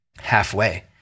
halfway